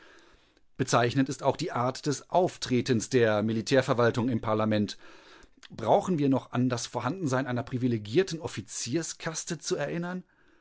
bezeichnend ist auch die art des auftretens der militärverwaltung im parlament brauchen wir noch an das vorhandensein einer privilegierten offizierskaste zu erinnern